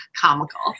comical